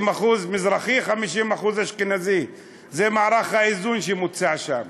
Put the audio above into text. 50% מזרחי, 50% אשכנזי, זה מערך האיזון שמוצע שם.